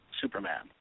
Superman